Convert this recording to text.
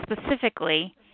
specifically